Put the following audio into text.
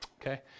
Okay